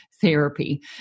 therapy